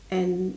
and